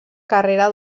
carrera